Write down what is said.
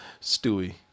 Stewie